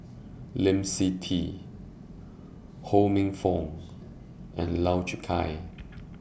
Lee Seng Tee Ho Minfong and Lau Chiap Khai